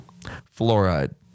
Fluoride